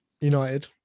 United